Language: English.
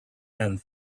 and